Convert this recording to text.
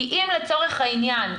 כי אם לצורך העניין,